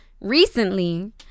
Recently